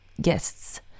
guests